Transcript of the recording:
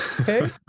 okay